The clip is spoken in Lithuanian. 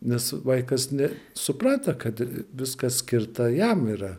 nes vaikas ne suprato kad viskas skirta jam yra